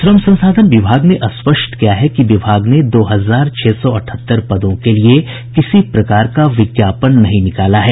श्रम संसाधन विभाग ने स्पष्ट किया है कि विभाग ने दो हजार छह सौ अठहत्तर पदों के लिए किसी प्रकार का विज्ञापन नहीं निकाला है